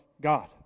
God